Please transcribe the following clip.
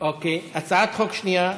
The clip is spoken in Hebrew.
הצעת חוק שנייה,